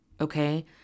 okay